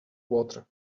water